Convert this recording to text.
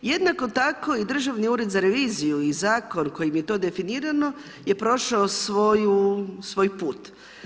Jednako tako i Državni ured za reviziju i zakon kojim je to definirao je prošao svoj put.